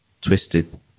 twisted